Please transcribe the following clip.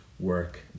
work